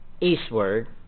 eastward